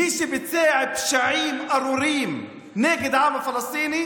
מי שביצע פשעים ארורים נגד העם הפלסטיני